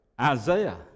Isaiah